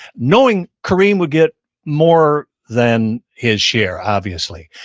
knowing kareem would get more than his share, obviously.